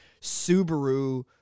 Subaru